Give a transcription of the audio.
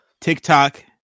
TikTok